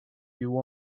you